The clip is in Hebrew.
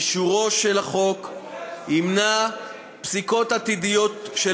אישורו של החוק ימנע פסיקות עתידיות של